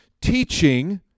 teaching